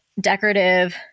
decorative